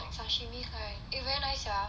like sashimi kind eh very nice sia